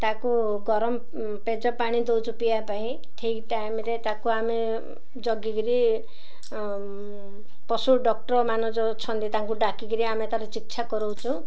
ତାକୁ ଗରମ ପେଜ ପାଣି ଦଉଛୁ ପିଇବା ପାଇଁ ଠିକ୍ ଟାଇମରେ ତାକୁ ଆମେ ଜଗିକିରି ପଶୁ ଡକ୍ଟର ମାନ ଯେଉଁ ଅଛନ୍ତି ତାଙ୍କୁ ଡାକିକିରି ଆମେ ତାର ଚିକିତ୍ସା କରଉଛୁ